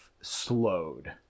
slowed